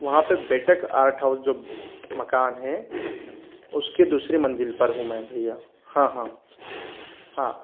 वहाँ पे बेटक आर्ट हाऊज जो मकान हैं उसके दूसरे मंजिल पर हूँ मैं भैया हाँ हाँ हाँ